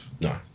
No